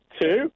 two